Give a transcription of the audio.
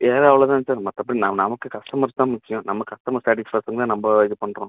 வேலை அவ்வளோ தான் சார் மற்றபடி ந நமக்கு கஸ்டமர்ஸ் தான் முக்கியம் நம்ப கஸ்டமர் சேட்டிஸ்ஃபேக்ஷன் தான் நம்ப இது பண்ணுறோம்